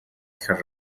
her